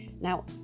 Now